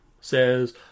says